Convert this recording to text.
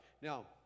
Now